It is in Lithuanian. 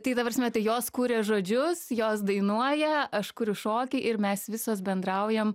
tai ta prasme tai jos kuria žodžius jos dainuoja aš kuriu šokį ir mes visos bendraujam